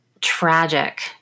tragic